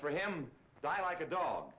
for him die like a dog